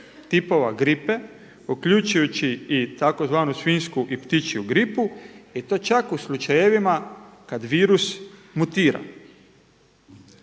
tipova gripe uključujući i tzv. svinjsku i ptičju gripu i to čak u slučajevima kad virus mutira.